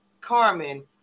Carmen